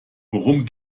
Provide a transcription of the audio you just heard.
worum